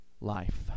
life